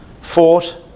fought